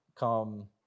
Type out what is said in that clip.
Come